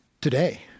today